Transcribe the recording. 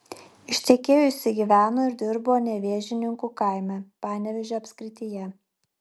ištekėjusi gyveno ir dirbo nevėžninkų kaime panevėžio apskrityje